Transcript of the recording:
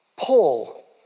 Paul